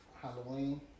Halloween